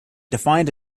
defined